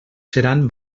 seran